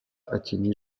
atteignit